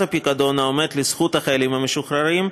הפיקדון העומד לזכות החיילים המשוחררים,